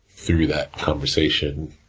through that conversation,